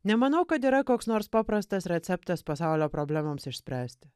nemanau kad yra koks nors paprastas receptas pasaulio problemoms išspręsti